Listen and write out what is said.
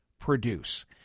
produce